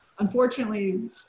Unfortunately